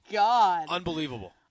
Unbelievable